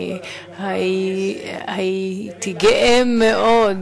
אני הייתי גאה מאוד,